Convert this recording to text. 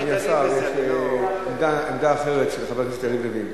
אדוני השר, יש עמדה אחרת, של חבר הכנסת יריב לוין.